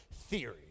theory